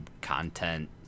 content